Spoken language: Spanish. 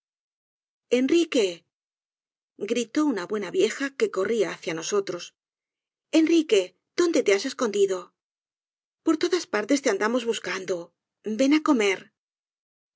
enrique gritó una buena vieja que corría hacia nosotros enrique dónde le has escondido por todas partes te andamos buscando ven á